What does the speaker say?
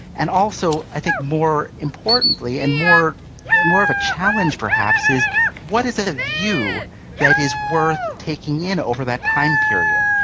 and also i think more importantly and more more of a challenge perhaps is what is a view that is worth taking in over that time period?